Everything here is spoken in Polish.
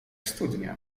studnia